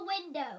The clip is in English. window